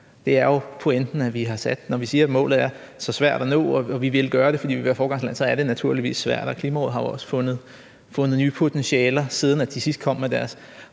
Det er jo pointen: Når vi siger, at målet er svært at nå, og at vi vil gøre det, fordi vi vil være foregangsland, så er det naturligvis svært. Og Klimarådet har jo også fundet nye potentialer, siden de sidst kom med deres